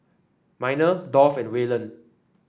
Miner Dolph and Wayland